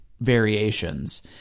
variations